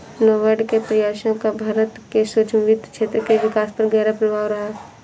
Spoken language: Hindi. नाबार्ड के प्रयासों का भारत के सूक्ष्म वित्त क्षेत्र के विकास पर गहरा प्रभाव रहा है